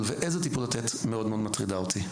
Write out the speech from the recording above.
ואיזה טיפול לתת מאוד-מאוד מטרידה אותי.